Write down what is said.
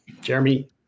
Jeremy